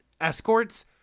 escorts